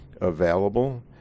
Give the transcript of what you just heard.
available